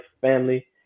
family